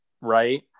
right